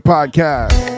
Podcast